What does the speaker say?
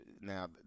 now